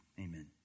amen